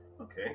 Okay